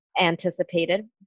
anticipated